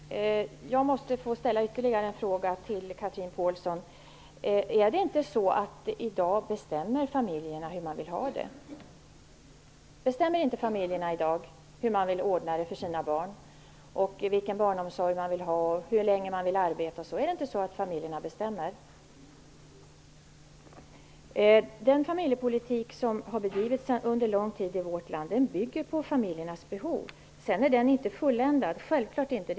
Herr talman! Jag måste ställa ytterligare en fråga till Chatrine Pålsson: Är det inte så i dag att familjerna kan bestämma hur de vill ha det? Bestämmer inte familjerna i dag hur de vill ordna det för sina barn, vilken barnomsorg de vill ha, hur länge man vill arbeta osv.? Den familjepolitik som sedan lång tid tillbaka har bedrivits i vårt land bygger på familjernas behov. Sedan är den politiken inte fulländad, självfallet inte.